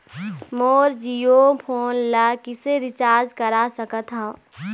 मोर Jio phone ला किसे recharge करा सकत हवं?